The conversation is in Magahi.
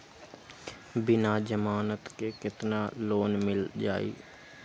बिना जमानत के केतना लोन मिल जाइ?